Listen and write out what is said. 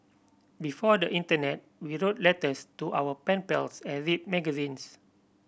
before the internet we wrote letters to our pen pals and read magazines